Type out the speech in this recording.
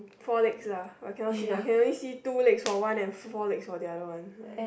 four legs lah I cannot see I can only see two legs for one and four legs for the other one